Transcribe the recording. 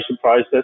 process